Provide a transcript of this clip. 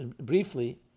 briefly